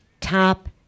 top